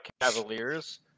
Cavaliers